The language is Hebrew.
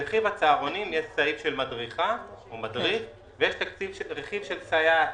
ברכיב הצהרונים יש סעיף של מדריכה או מדריך ויש רכיב של סייעת.